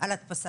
על הקלדה